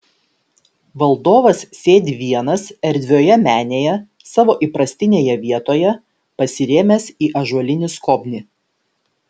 valdovas sėdi vienas erdvioje menėje savo įprastinėje vietoje pasirėmęs į ąžuolinį skobnį